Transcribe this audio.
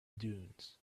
dunes